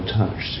touch